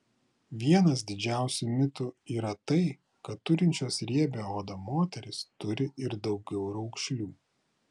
vienas didžiausių mitų yra tai kad turinčios riebią odą moterys turi ir daugiau raukšlių